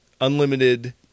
unlimited